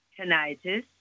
tinnitus